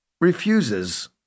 refuses